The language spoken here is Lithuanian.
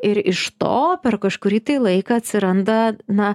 ir iš to per kažkurį laiką atsiranda na